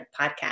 podcast